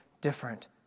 different